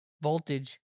voltage